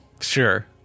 Sure